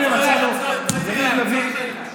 הינה, מצאנו, יריב לוין.